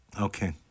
Okay